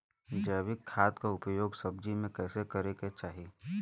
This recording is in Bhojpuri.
जैविक खाद क उपयोग सब्जी में कैसे करे के चाही?